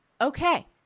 Okay